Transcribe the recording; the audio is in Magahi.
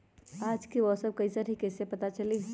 आज के मौसम कईसन हैं कईसे पता चली?